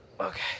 Okay